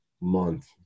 month